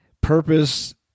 Purpose